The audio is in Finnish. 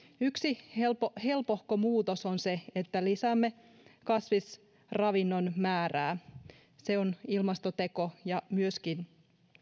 yksi helpohko muutos on se että lisäämme kasvisravinnon määrää se on ilmastoteko ja myöskin